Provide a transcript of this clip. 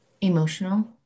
emotional